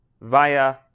via